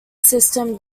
system